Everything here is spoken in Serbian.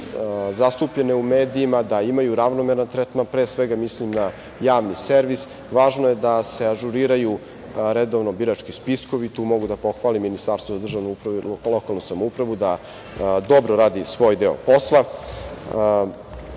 zastupljene u medijima, da imaju ravnomeran tretman, pre svega mislim na javni servis. Važno je da se ažuriraju redovno birački spiskovi. Tu mogu da pohvalim Ministarstvo za državnu upravu i lokalnu samoupravu da dobro radi svoj deo